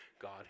God